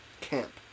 camp